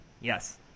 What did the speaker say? Yes